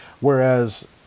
Whereas